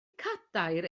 cadair